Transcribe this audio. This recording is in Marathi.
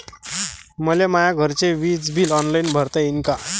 मले माया घरचे विज बिल ऑनलाईन भरता येईन का?